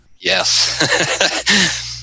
Yes